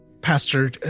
Pastor